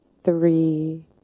three